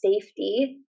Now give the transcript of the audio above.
safety